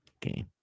game